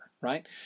right